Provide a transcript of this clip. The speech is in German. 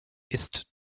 ist